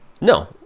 No